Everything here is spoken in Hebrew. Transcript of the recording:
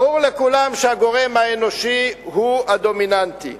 ברור לכולם שהגורם האנושי הוא הדומיננטי.